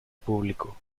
público